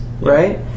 right